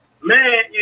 Man